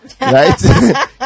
Right